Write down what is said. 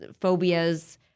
phobias